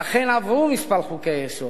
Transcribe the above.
ואכן, עברו כמה חוקי-יסוד,